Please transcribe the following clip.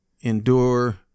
endure